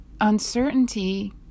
uncertainty